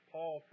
Paul